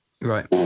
Right